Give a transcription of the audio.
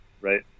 right